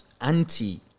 anti